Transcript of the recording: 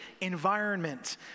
environment